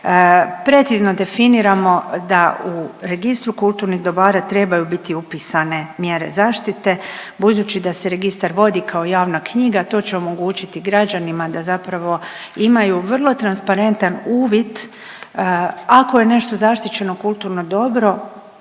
precizno definiramo da u Registru kulturnih dobara trebaju biti upisane mjere zaštite budući da se registar vodi kao javna knjiga, to će omogućiti građanima da zapravo imaju vrlo transparentan uvid, ako je nešto zaštićeno kulturno dobro,